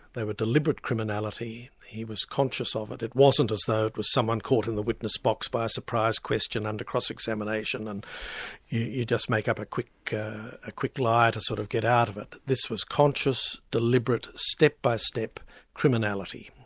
they were deliberate criminality, he was conscious of it, it wasn't as though it was someone caught in the witness box by a surprise question under cross-examination, and you just make up a quick a quick lie to sort of get out of it. this was conscious, deliberate, step-by-step criminality',